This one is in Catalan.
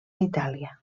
itàlia